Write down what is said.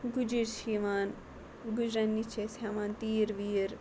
گُجرۍ چھِ یوان گُجریٚن نش چھِ أسۍ ہیٚوان تیٖر ویٖر